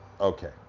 okay